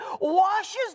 washes